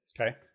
Okay